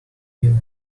you